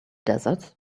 desert